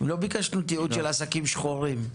לא ביקשנו תיעוד של עסקים שחורים.